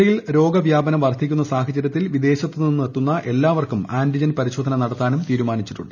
ജില്ലയിൽ രോഗ വ്യാപനം വർദ്ധിക്കുന്ന സാഹചര്യത്തിൽ വിദേശത്തു നിന്ന് എത്തുന്ന എല്ലാവർക്കും ആന്റിജൻ പരിശോധന നടത്താനും തീരുമാനിച്ചിട്ടുണ്ട്